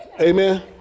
Amen